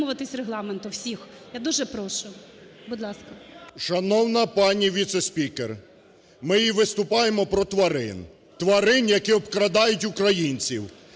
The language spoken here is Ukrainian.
Шановна пані віце-спікер, ми й виступаємо про тварин: тварин, які обкрадають українців,